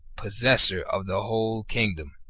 possessor of the whole kingdom.